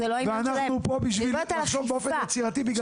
יש לנו פה --- ואנחנו פה בשביל לחשוב באופן יצירתי בגלל זה ביקשתי